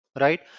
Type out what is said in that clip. right